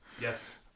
yes